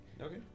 Okay